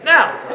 Now